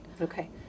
Okay